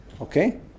Okay